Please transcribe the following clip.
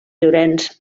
llorenç